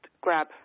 grab